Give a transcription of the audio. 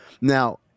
Now